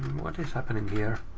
what is happening here?